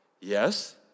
Yes